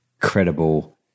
credible